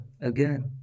Again